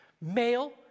Male